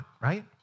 right